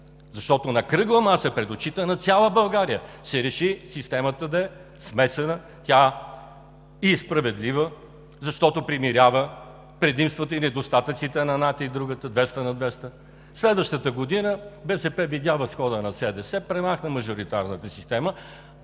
Защото на кръгла маса пред очите на цяла България се реши системата да е смесена и справедлива, защото примирява предимствата и недостатъците на едната и другата – 200 на 200. Следващата година БСП видя възхода на СДС, премахна мажоритарната система,